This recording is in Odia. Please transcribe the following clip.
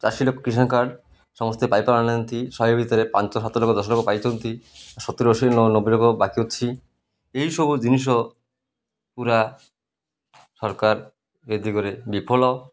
ଚାଷୀର କିଷାନ କାର୍ଡ଼ ସମସ୍ତେ ପାଇପାରୁ ନାହାନ୍ତି ଶହେ ଭିତରେ ପାଞ୍ଚ ସାତ ଲୋକ ଦଶ ଲୋକ ପାଇଛନ୍ତି ସତୁରିି ଅଶୀ ନବେ ଲୋକ ବାକି ଅଛି ଏହିସବୁ ଜିନିଷ ପୁରା ସରକାର ଏ ଦିଗରେ ବିଫଳ